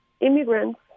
immigrants